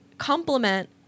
Complement